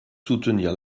soutenir